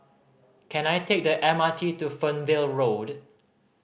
can I take the M R T to Fernvale Road